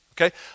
Okay